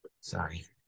Sorry